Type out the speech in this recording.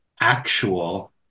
actual